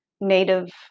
Native